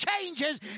changes